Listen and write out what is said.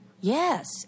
Yes